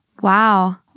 Wow